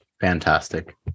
Fantastic